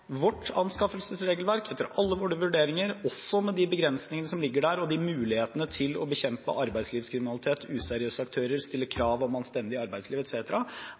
Vårt anskaffelsesregelverk – etter alle våre vurderinger, også med de begrensningene som er der, og med mulighetene til å bekjempe arbeidslivskriminalitet og useriøse aktører, stille krav om et anstendig